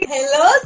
Hello